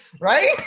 right